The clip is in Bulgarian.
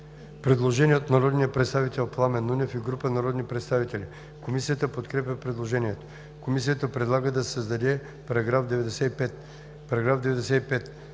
Предложение от народния представител Пламен Нунев и група народни представители. Комисията подкрепя по принцип предложението. Комисията предлага да се създаде нов § 35: